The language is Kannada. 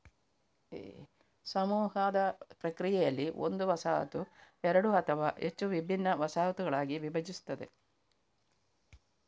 ಸಮೂಹದ ಪ್ರಕ್ರಿಯೆಯಲ್ಲಿ, ಒಂದು ವಸಾಹತು ಎರಡು ಅಥವಾ ಹೆಚ್ಚು ವಿಭಿನ್ನ ವಸಾಹತುಗಳಾಗಿ ವಿಭಜಿಸುತ್ತದೆ